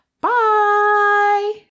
Bye